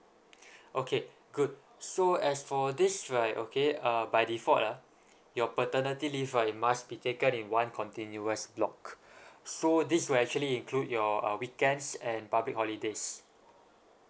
okay good so as for this right okay uh by default ah your paternity leave right must be taken in one continuous block so this will actually include your uh weekends and public holidays